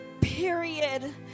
period